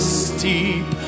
steep